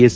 S